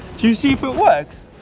you see if it works?